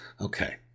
Okay